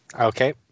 Okay